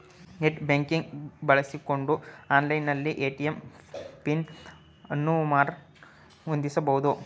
net banking ಬಳಸಿಕೊಂಡು online ನಲ್ಲಿ ATM PIN ಅನ್ನು ಮರು ಹೊಂದಿಸಬಹುದು